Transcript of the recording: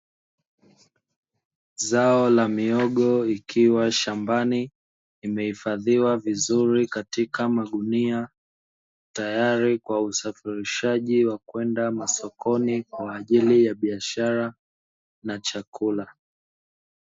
Zao la mihogo likiwa shambani, limehifadhiwa vizuri katika magunia, tayari kwa usafirishaji wa kwenda masoko ni, kwa ajili ya biashara na chakula.